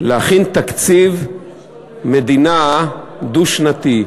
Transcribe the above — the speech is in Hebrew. להכין תקציב מדינה דו-שנתי.